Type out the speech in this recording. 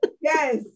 yes